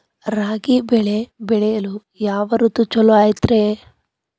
ರಾಗಿ ಬೆಳೆ ಬೆಳೆಯಲು ಯಾವ ಋತು ಛಲೋ ಐತ್ರಿ?